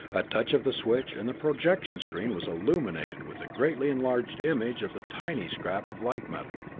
a touch of the switch, and the projection screen was illuminated with the greatly enlarged image of the tiny scrap of light-metal.